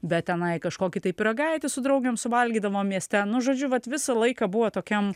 bet tenai kažkokį tai pyragaitį su draugėm suvalgydavom mieste nu žodžiu vat visą laiką buvo tokiam